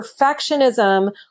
perfectionism